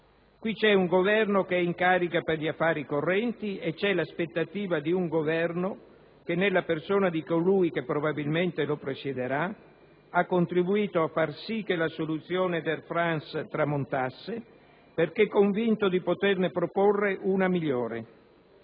Qui c'è un Governo che è in carica per gli affari correnti e c'è l'aspettativa di un Governo che, nella persona di colui che probabilmente lo presiederà, ha contribuito a far sì che la soluzione di Air France tramontasse, perché convinto di poterne proporre una migliore.